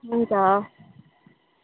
हुन्छ